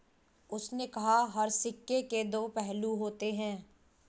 उसने कहा हर सिक्के के दो पहलू होते हैं